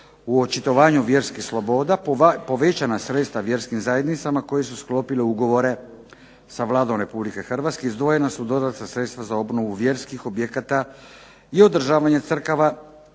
u očitovanju vjerskih sloboda, povećana sredstva vjerskim zajednicama koje su sklopile ugovore sa Vladom Republike Hrvatske, izdvojena su dodatna sredstva za obnovu vjerskih objekata i održavanje crkava